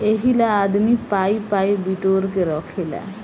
एहिला आदमी पाइ पाइ बिटोर के रखेला